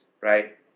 right